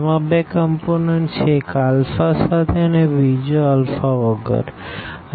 તેના બે કમપોનન્ટ છે એક આલ્ફા સાથે અને બીજો આલ્ફા વગર